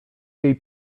jej